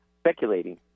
speculating